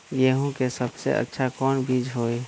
गेंहू के सबसे अच्छा कौन बीज होई?